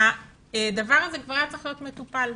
הדבר הזה מבחינת החוק מטופל.